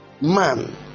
man